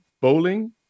bowling